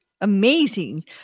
amazing